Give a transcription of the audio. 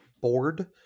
board